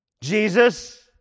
Jesus